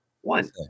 one